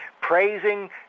praising